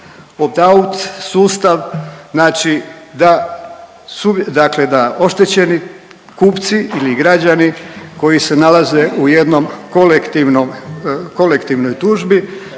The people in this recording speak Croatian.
Opt-out sustav znači da oštećeni kupci ili građani koji se nalaze u jednom kolektivnom,